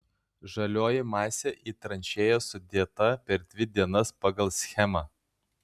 žalioji masė į tranšėjas sudėta per dvi dienas pagal schemą